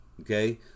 okay